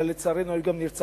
אלא לצערנו היו גם נרצחים,